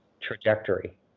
trajectory